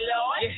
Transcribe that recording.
Lord